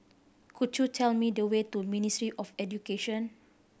could you tell me the way to Ministry of Education